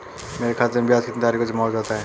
मेरे खाते में ब्याज कितनी तारीख को जमा हो जाता है?